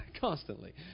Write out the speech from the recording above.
constantly